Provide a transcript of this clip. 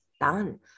done